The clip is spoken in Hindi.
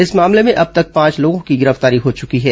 इस मामले में अब तक पांच लोगों की गिरफ्तारी हो चुकी है